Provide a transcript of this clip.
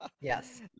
yes